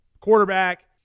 quarterback